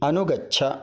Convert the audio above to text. अनुगच्छ